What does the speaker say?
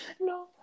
No